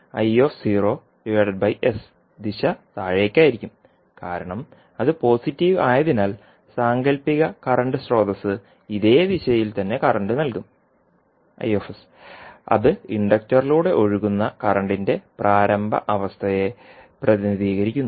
ദിശ താഴേക്ക് ആയിരിക്കും കാരണം അത് പോസിറ്റീവ് ആയതിനാൽ സാങ്കൽപ്പിക കറന്റ് സ്രോതസ്സ് ഇതേ ദിശയിൽ തന്നെ കറന്റ് I നൽകും അത് ഇൻഡക്റ്ററിലൂടെ ഒഴുകുന്ന കറന്റിന്റെ പ്രാരംഭ അവസ്ഥയെ പ്രതിനിധീകരിക്കുന്നു